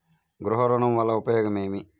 గృహ ఋణం వల్ల ఉపయోగం ఏమి?